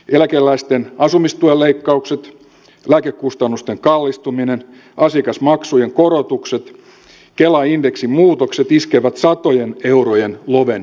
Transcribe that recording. eläkeläisten asumistuen leikkaukset lääkekustannusten kallistuminen asiakasmaksujen korotukset kelan indeksimuutokset iskevät satojen eurojen loven pienituloisille